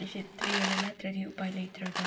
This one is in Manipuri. ꯑꯩꯁꯦ ꯇ꯭ꯔꯦꯟꯅ ꯅꯠꯇ꯭ꯔꯗꯤ ꯎꯄꯥꯏ ꯂꯩꯇ꯭ꯔꯕ